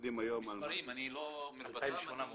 מספרים, אני לא --- 2,800.